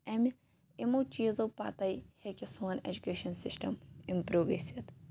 امہِ یِمو چیٖزو پَتے ہیٚکہِ سون ایٚجُکیشَن سَسٹَم اِمپروٗ گٔژھتھ